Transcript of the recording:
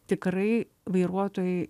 tikrai vairuotojai